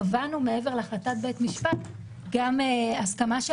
קבענו מעבר להחלטת בית משפט גם הסכמה של